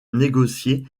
négocier